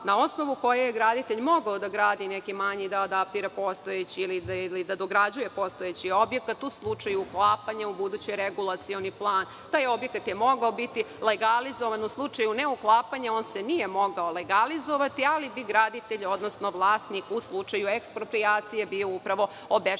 na osnovu koje je graditelj mogao da gradi neki manji, da adaptira postojeći ili da dograđuje postojeći objekat u slučaju uklapanja u budući regulacioni plan, taj objekat je mogao biti legalizovan, u slučaju ne uklapanja, on se nije mogao legalizovati, ali bi graditelj, odnosno vlasnik u slučaju eksproprijacije bio obeštećen